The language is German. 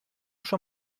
schon